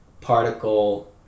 particle